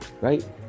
right